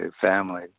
family